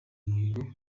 muhigo